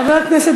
חבר הכנסת